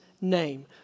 name